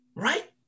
right